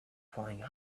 flying